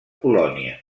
polònia